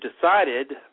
decided